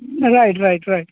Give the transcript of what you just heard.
right right right